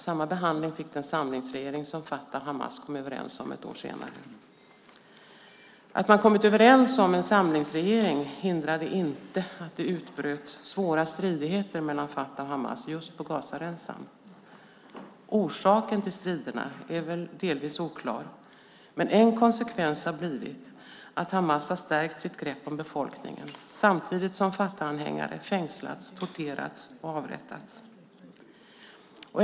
Samma behandling fick den samlingsregering som al-Fatah och Hamas kom överens om ett år senare. Att man kommit överens om en samlingsregering hindrade inte att det utbröt svåra stridigheter mellan al-Fatah och Hamas just på Gazaremsan. Orsaken till stridigheterna är väl delvis oklar, men en konsekvens har blivit att Hamas har stärkt sitt grepp om befolkningen samtidigt som al-Fatahanhängare fängslats, torterats och avrättats.